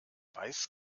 weiß